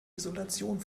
isolation